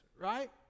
right